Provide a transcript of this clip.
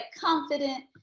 confident